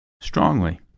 strongly